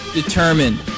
determined